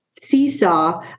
Seesaw